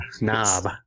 knob